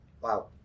Wow